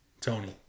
Tony